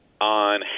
on